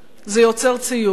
זה יוצר ציור.